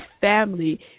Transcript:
family